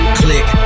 click